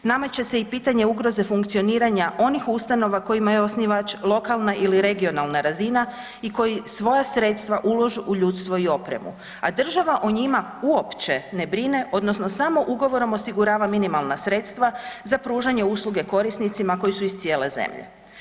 Nameće se i pitanje ugroze funkcioniranja onih ustanova kojima je osnivač lokalna ili regionalan razina i koji svoja sredstva ulažu u ljudstvo i opremu, a država o njima uopće ne brine odnosno samo ugovorom osigurava minimalna sredstva za pružanje usluge korisnicima koji su iz cijele zemlje.